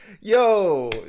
Yo